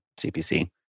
CPC